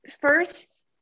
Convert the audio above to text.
first